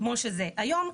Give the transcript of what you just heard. כמו שזה היום,